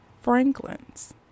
Franklin's